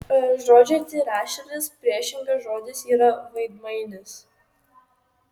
žodžiui tyraširdis priešingas žodis yra veidmainis